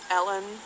Ellen